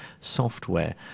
software